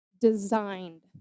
designed